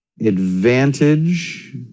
advantage